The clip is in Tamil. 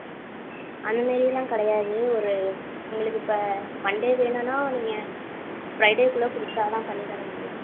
அந்தமாரிலாம் கிடையாது ஒரு உங்களுக்கு இப்போ மன்டே வேணும்னா நீங்கள் ஃபிரைடேக்குள்ள கொடுத்தா தான் பண்ணித்தர முடியும்